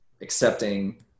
accepting